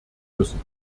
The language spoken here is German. müssen